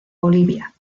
bolivia